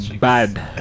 bad